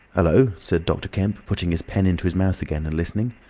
hullo! said dr. kemp, putting his pen into his mouth again and listening.